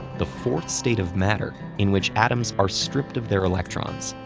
the fourth state of matter in which atoms are stripped of their electrons.